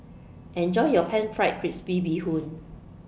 Enjoy your Pan Fried Crispy Bee Hoon